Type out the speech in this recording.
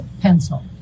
pencil